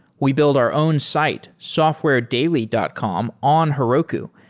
we build our own site, softwaredaily dot com on heroku,